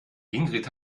ingrid